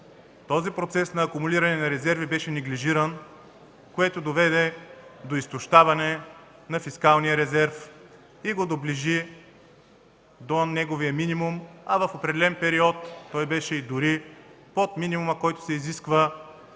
този процес на акумулиране на резерви беше неглижиран, което доведе до изтощаване на фискалния резерв и го доближи до неговия минимум, а в определен период той беше и дори под минимума, който се изисква